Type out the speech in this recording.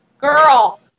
Girl